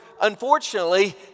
unfortunately